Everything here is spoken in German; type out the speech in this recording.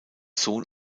sohn